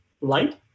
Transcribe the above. light